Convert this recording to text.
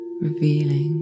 Revealing